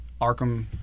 Arkham